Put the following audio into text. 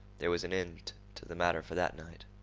there was an end to the matter for that night.